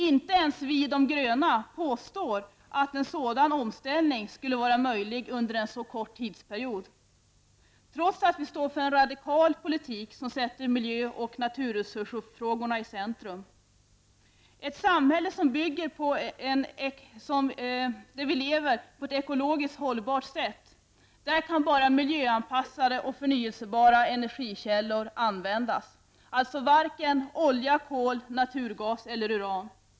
Inte ens vi i miljöpartiet de gröna påstår att en sådan omställning skulle vara möjlig under en så kort tidsperiod, trots att vi står för radikal politik som sätter miljö och naturresursfrågorna i centrum. I ett samhälle där vi lever på ett ekologiskt hållbart sätt kan bara miljöanpassade och förnyelsebara energikällor användas, alltså varken olja, kol, naturgas eller uran.